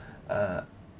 err